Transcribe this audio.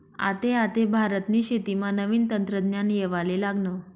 आते आते भारतनी शेतीमा नवीन तंत्रज्ञान येवाले लागनं